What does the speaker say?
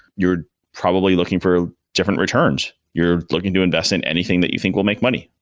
you're probably looking for different returns. you're looking to invest in anything that you think will make money,